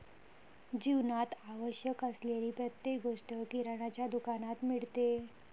जीवनात आवश्यक असलेली प्रत्येक गोष्ट किराण्याच्या दुकानात मिळते